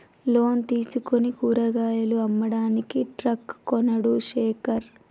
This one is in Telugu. లోన్ తీసుకుని కూరగాయలు అమ్మడానికి ట్రక్ కొన్నడు శేఖర్